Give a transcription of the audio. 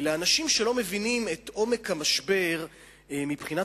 לאנשים שלא מבינים את עומק המשבר מבחינת